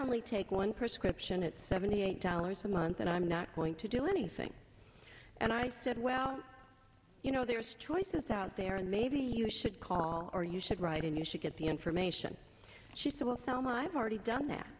only take one per script and it's seventy eight dollars a month and i'm not going to do anything and i said well you know there's choices out there and maybe you should call or you should write and you should get the information she said well so much i've already done that